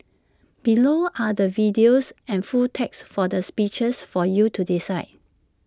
below are the videos and full text for the speeches for you to decide